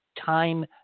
time